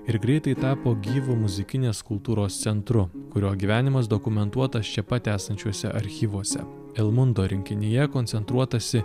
ir greitai tapo gyvu muzikinės kultūros centru kurio gyvenimas dokumentuotas čia pat esančiuose archyvuose elmundo rinkinyje koncentruotasi